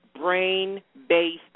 brain-based